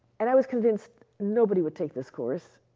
and i was convinced nobody would take this course.